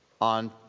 on